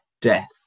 death